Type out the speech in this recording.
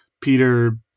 Peter